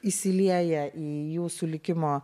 įsilieja į jūsų likimo